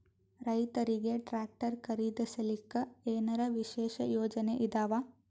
ರೈತರಿಗೆ ಟ್ರಾಕ್ಟರ್ ಖರೀದಿಸಲಿಕ್ಕ ಏನರ ವಿಶೇಷ ಯೋಜನೆ ಇದಾವ?